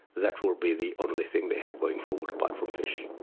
that will be the only thing they have going forward, apart from fish.